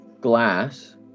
glass